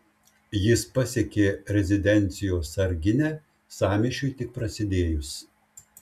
jis pasiekė rezidencijos sarginę sąmyšiui tik prasidėjus